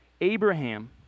Abraham